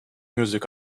music